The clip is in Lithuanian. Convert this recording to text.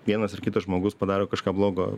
vienas ar kitas žmogus padaro kažką blogo